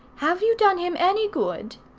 have you done him any good?